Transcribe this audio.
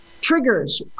triggers